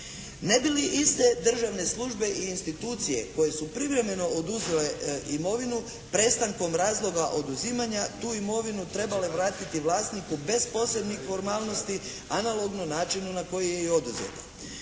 Ne bi li iste državne službe i institucije koje su privremeno oduzele imovinu prestankom razloga oduzimanja tu imovinu trebale vratiti vlasniku bez posebnih formalnosti analogno načinu na koji je i oduzeta.